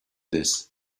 this